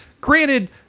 granted